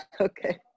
Okay